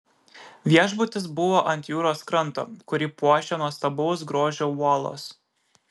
viešbutis buvo ant jūros kranto kurį puošia nuostabaus grožio uolos